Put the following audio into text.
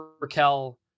Raquel